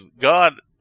God